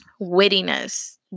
wittiness